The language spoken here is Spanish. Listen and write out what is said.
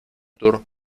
tour